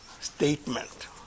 statement